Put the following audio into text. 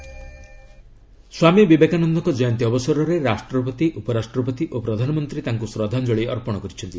Vivekananda birth anniversary Swami ବିବେକାନନ୍ଦଙ୍କ ଜୟନ୍ତୀ ଅବସରରେ ରାଷ୍ଟ୍ରପତି ଉପରାଷ୍ଟ୍ରପତି ଓ ପ୍ରଧାନମନ୍ତ୍ରୀ ତାଙ୍କୁ ଶ୍ରଦ୍ଧାଞ୍ଜଳି ଅର୍ପଣ କରିଛନ୍ତି